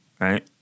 right